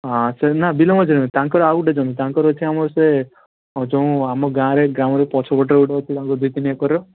ହଁ ସେ ନା ବିଲ ମଝିରେ ନୁହେଁ ତାଙ୍କର ଆଉ ଗୋଟେ ଜମି ତାଙ୍କର ଅଛି ଆମର ସେ ଯେଉଁ ଆମ ଗାଁରେ ଗ୍ରାମରେ ପଛପଟେ ଗୋଟେ ଅଛି ତାଙ୍କର ଦୁଇ ତିନି ଏକରର